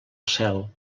cel